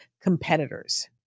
competitors